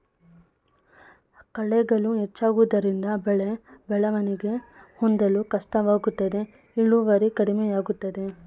ಕಳೆಗಳು ಹೆಚ್ಚಾಗುವುದರಿಂದ ಬೆಳೆ ಬೆಳವಣಿಗೆ ಹೊಂದಲು ಕಷ್ಟವಾಗುತ್ತದೆ ಇಳುವರಿ ಕಡಿಮೆಯಾಗುತ್ತದೆ